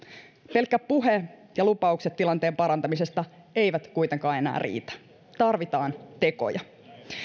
pelkkä puhe ja lupaukset tilanteen parantamisesta eivät kuitenkaan enää riitä tarvitaan tekoja